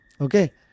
Okay